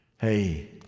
Hey